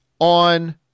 on